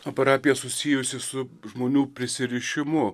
o parapija susijusi su žmonių prisirišimu